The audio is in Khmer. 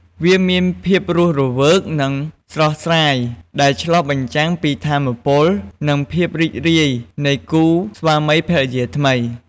វាមានភាពរស់រវើក និងស្រស់ស្រាយ ដែលឆ្លុះបញ្ចាំងពី ថាមពល និងភាពរីករាយ នៃគូស្វាមីភរិយាថ្មី។